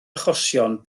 achosion